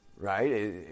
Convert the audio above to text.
Right